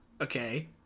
okay